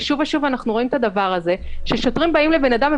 ושוב ושוב אנחנו רואים את הדבר הזה ששוטרים באים לבן אדם,